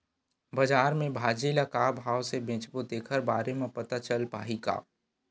बजार में भाजी ल का भाव से बेचबो तेखर बारे में पता चल पाही का?